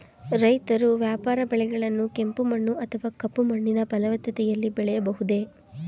ರೈತರು ವ್ಯಾಪಾರ ಬೆಳೆಗಳನ್ನು ಕೆಂಪು ಮಣ್ಣು ಅಥವಾ ಕಪ್ಪು ಮಣ್ಣಿನ ಫಲವತ್ತತೆಯಲ್ಲಿ ಬೆಳೆಯಬಹುದೇ?